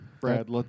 Brad